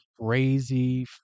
crazy